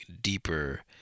deeper